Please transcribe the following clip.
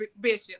Bishop